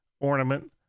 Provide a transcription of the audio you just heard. ornament